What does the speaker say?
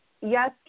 yes